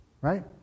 right